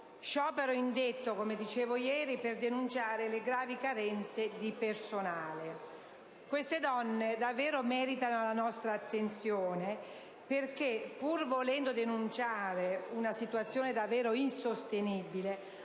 sciopero indetto, come dicevo ieri, per denunciare le gravi carenze di personale. Queste donne meritano la nostra attenzione perché, pur volendo denunciare una situazione davvero insostenibile,